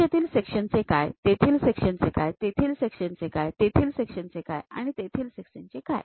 मग येथील सेक्शन चे काय तेथील सेक्शन चे काय तेथील सेक्शन चे काय तेथील सेक्शन चे काय आणि तेथील सेक्शन चे काय